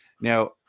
Now